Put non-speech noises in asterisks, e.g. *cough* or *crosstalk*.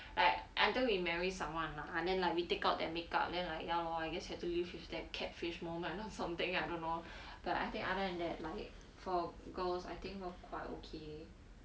but until we marry someone like and then like you take out that make up then like ya loh I guess have to live with that cat face more loh *laughs* or something I don't know but I think other than that like for girls I think we're quite okay